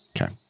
Okay